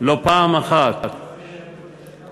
לא פעם אחת מבטיח